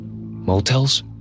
Motels